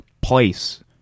place